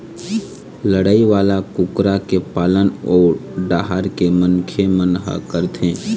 लड़ई वाला कुकरा के पालन ओ डाहर के मनखे मन ह करथे